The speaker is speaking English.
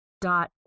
dot